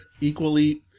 equally